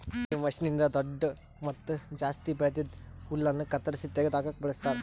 ಈ ಮಷೀನ್ನ್ನಿಂದ್ ದೊಡ್ಡು ಮತ್ತ ಜಾಸ್ತಿ ಬೆಳ್ದಿದ್ ಹುಲ್ಲನ್ನು ಕತ್ತರಿಸಿ ತೆಗೆದ ಹಾಕುಕ್ ಬಳಸ್ತಾರ್